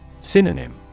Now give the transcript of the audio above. Synonym